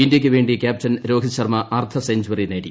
ഇന്ത്യക്ക് വേണ്ടി ക്യാപ്റ്റൻ രോഹിത്ശർമ്മ അർദ്ധ സെഞ്ചറി നേടി